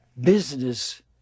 business